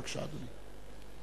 בבקשה, אדוני.